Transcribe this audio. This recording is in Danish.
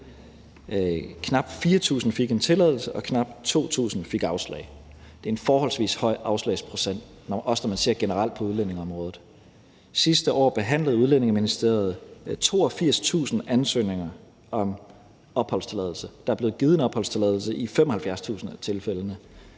Knap 4.000 fik en tilladelse, og knap 2.000 fik afslag. Det er en forholdsvis høj afslagsprocent, også når man ser generelt på udlændingeområdet. Sidste år behandlede Udlændinge- og Integrationsministeriet 82.000 ansøgninger om opholdstilladelse. Der blev givet en opholdstilladelse i 75.000 af tilfældene,